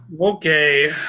Okay